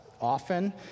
often